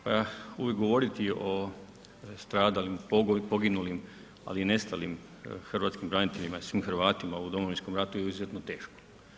Pa uvijek govoriti o stradalim, poginulim ali i nestalim hrvatskim braniteljima i svim Hrvatima u Domovinskom ratu je izuzetno teško.